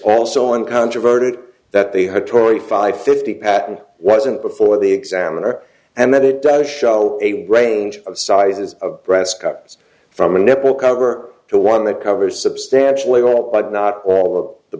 also on controverted that they had tory five fifty patent wasn't before the examiner and that it does show a range of sizes of breast cups from a nipple cover to one that covers substantially all but not all of the